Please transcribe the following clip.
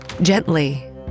Gently